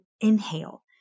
inhale